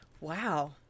Wow